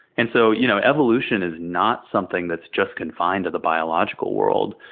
and so, you know evolution is not something that's just confined to the biological world.